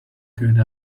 get